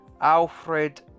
Alfred